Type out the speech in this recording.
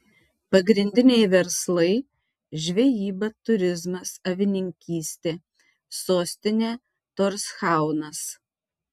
pagrindiniai verslai žvejyba turizmas avininkystė sostinė torshaunas